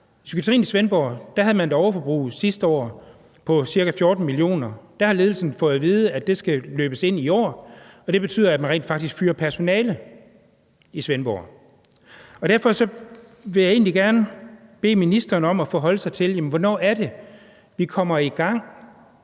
psykiatrien i Svendborg havde man et overforbrug sidste år på ca. 14 mio. kr. Der har ledelsen fået at vide, at det skal løbes ind i år, og det betyder, at man rent faktisk fyrer personale i Svendborg. Derfor vil jeg egentlig gerne bede ministeren om at forholde sig til, hvornår vi kommer i gang